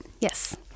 yes